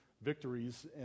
victories